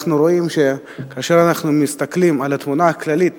כאשר אנחנו מסתכלים על התמונה הכללית